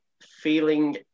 feeling